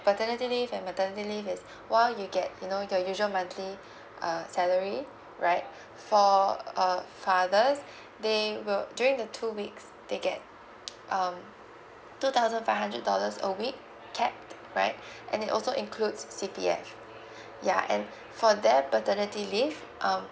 paternity leave and maternity leave is while you get you know your usual monthly uh salary right for a fathers they will during the two weeks they get um two thousand five hundred dollars a week capped right and it also includes CPF ya and for that paternity leave um